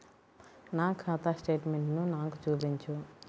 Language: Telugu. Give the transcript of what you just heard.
నా ఖాతా స్టేట్మెంట్ను నాకు చూపించు